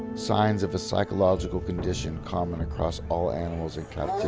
signs of a psychological condition common across all animals in captivity,